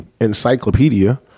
encyclopedia